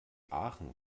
aachen